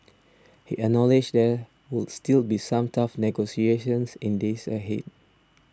he acknowledged there would still be some tough negotiations in days ahead